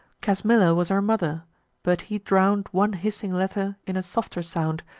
casmilla was her mother but he drown'd one hissing letter in a softer sound,